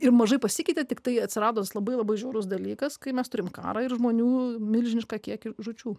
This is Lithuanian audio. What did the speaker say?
ir mažai pasikeitė tiktai atsirado tas labai labai žiaurus dalykas kai mes turim karą ir žmonių milžinišką kiekį žūčių